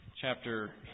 Chapter